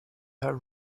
her